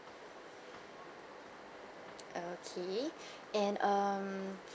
okay and um